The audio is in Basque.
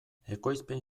ekoizpen